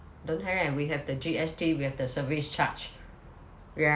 don't have we have the G_S_T we have the service charge ya